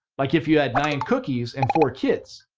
like if you had nine cookies and four kids,